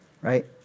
right